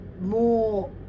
more